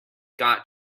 got